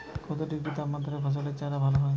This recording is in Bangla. কত ডিগ্রি তাপমাত্রায় ফসলের চারা ভালো থাকে?